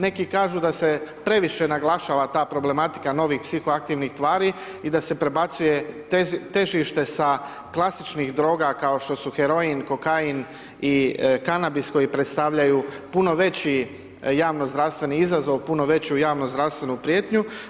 Neki kažu da se previše naglašava ta problematika novih psihoaktivnih tvari i da se prebacuje težište sa klasničnih droga kao što su heroin, kokain i kanabis koji predstavljaju puno veći javno zdravstveni izazov, puno veću javnu zdravstvenu prijetnju.